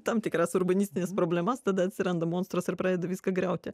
tam tikras urbanistines problemas tada atsiranda monstras ir pradeda viską griauti